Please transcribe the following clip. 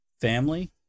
Family